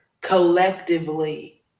collectively